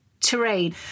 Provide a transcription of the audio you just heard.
terrain